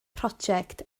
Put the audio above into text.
project